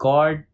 God